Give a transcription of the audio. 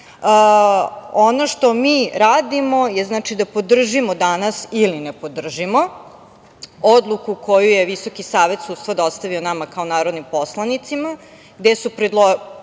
Ono što mi radimo, jeste da podržimo danas ili ne podržimo odluku koju je Visoki savet sudstva dostavio nama kao narodnim poslanicima gde su dali